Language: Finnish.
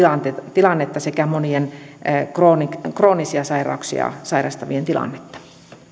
tilannetta sekä monien kroonisia kroonisia sairauksia sairastavien tilannetta